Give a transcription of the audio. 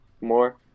more